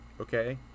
okay